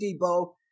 Debo